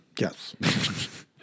Yes